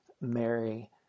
Mary